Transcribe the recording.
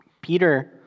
Peter